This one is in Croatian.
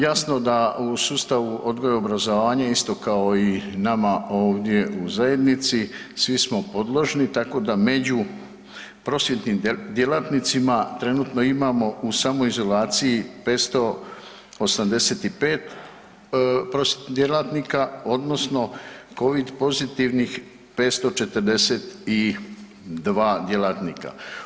Jasno da u sustavu odgoja i obrazovanja isto kao i nama ovdje u zajednici, svi smo podložni, tako da među prosvjetnim djelatnicima trenutno imamo u samoizolaciji 585 prosvjetnih djelatnika, odnosno Covid pozitivnih 542 djelatnika.